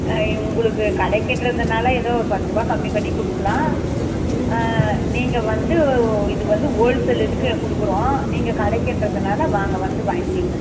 ஆ இ உங்களுக்கு கடைக்கின்றதனால எதோ ஒரு பத்துருபா கம்மி பண்ணி கொடுக்கலாம் நீங்கள் வந்து இது வந்து ஓல்சேல் இதுக்கு கொடுக்குறோம் நீங்கள் கடைக்கின்றதனால் வாங்க வந்து வாங்கிங்க